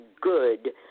good